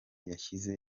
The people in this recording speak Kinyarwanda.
yashyize